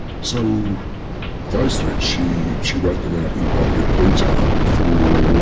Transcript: so those threats, she she wrote them out in quite a bit of detail for a